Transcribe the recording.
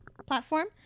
platform